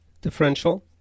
Differential